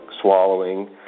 swallowing